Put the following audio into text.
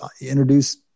introduce